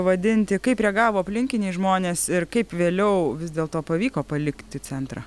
vadinti kaip reagavo aplinkiniai žmonės ir kaip vėliau vis dėlto pavyko palikti centrą